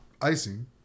icing